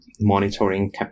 monitoring